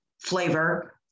flavor